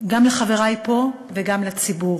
גם לחברי פה וגם לציבור: